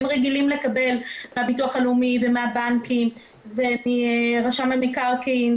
הם רגילים לקבל מהביטוח הלאומי ומהבנקים ומרשם המקרקעין,